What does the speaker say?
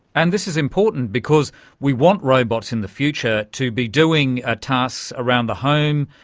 and this is important because we want robots in the future to be doing ah tasks around the home,